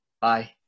Bye